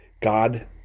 God